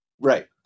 Right